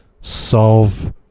solve